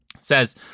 says